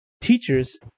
teachers